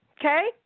okay